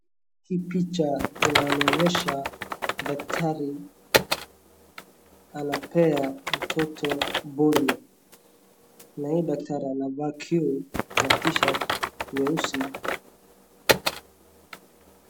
Hii picha inanionyesha daktari anapea mtoto polio. Na hii daktari amevaa [vs]t-shirt nyeusi